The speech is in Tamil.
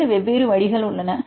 இரண்டு வெவ்வேறு வழிகள் உள்ளன